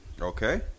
Okay